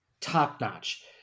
top-notch